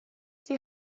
die